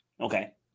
Okay